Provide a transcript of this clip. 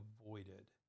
avoided